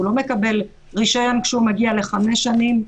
הוא לא מקבל רישיון שהוא מגיע לחמש שנים,